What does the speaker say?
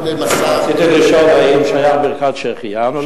רציתי לשאול אם שייך ברכת "שהחיינו" לפעם הראשונה.